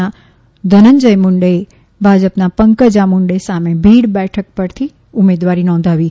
ના ધનંજય મુંડેએ ભાજપના પંકજા મુંડે સામે ભીડ બેઠક પરથી ઉમેદવારી નોંધાવી છે